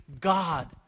God